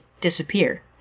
disappear